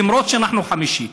למרות שאנחנו חמישית.